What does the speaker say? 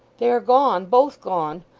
they are gone, both gone.